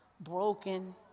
broken